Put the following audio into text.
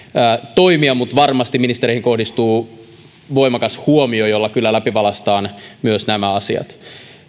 toimia mutta varmasti ministereihin kohdistuu voimakas huomio jolla kyllä läpivalaistaan myös nämä asiat